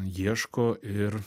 ieško ir